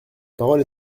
parole